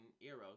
Eros